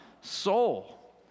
soul